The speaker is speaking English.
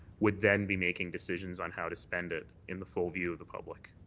would then be making decisions on how to spend it in the full view of the public.